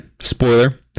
spoiler